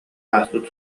ааспыт